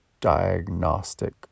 Diagnostic